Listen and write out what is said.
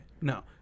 No